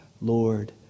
Lord